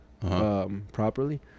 properly